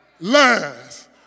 last